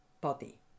body